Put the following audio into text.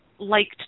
liked